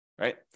right